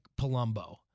Palumbo